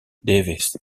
davis